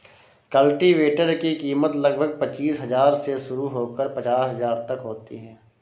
cultivator की कीमत लगभग पचीस हजार से शुरू होकर पचास हजार तक होती है